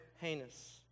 heinous